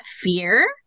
fear